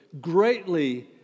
Greatly